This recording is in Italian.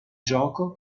gioco